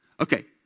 Okay